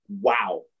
wow